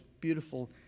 beautiful